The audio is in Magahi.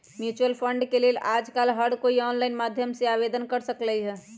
म्यूचुअल फंड के लेल आजकल हर कोई ऑनलाईन माध्यम से आवेदन कर सकलई ह